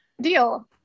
deal